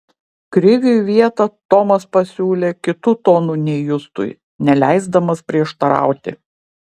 krivui vietą tomas pasiūlė kitu tonu nei justui neleisdamas prieštarauti